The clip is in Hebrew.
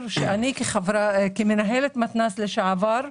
כמנהלת מתנ"ס לשעבר,